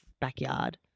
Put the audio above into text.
backyard